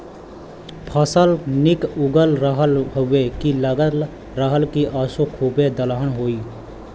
फसल निक उगल रहल हउवे की लगत रहल की असों खूबे दलहन होई